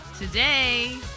Today